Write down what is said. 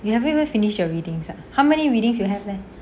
you haven't even finished your readings ah how many readings you have leh